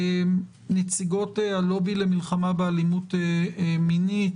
נציגות הלובי למלחמה באלימות מינית,